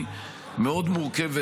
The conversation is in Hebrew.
היא מאוד מורכבת,